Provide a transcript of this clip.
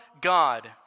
God